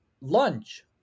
lunch